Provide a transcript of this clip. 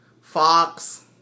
Fox